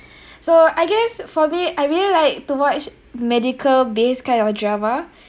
so I guess for me I really like to watch medical base kind of drama